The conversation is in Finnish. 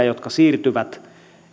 jotka siirtyvät